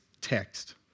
text